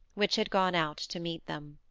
which had gone out to meet them.